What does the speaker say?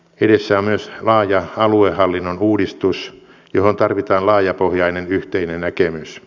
edessä on myös laaja aluehallinnon uudistus johon tarvitaan laajapohjainen yhteinen näkemys